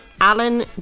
Alan